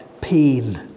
pain